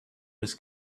was